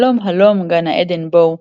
הלום הלום גנה-עדן באו,